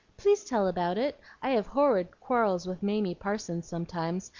please tell about it. i have horrid quarrels with mamie parsons sometimes,